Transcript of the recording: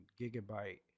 gigabyte